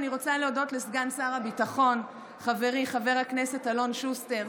אני רוצה להודות לסגן שר הביטחון חברי חבר הכנסת אלון שוסטר,